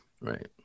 Right